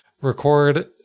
record